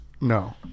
No